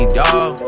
dawg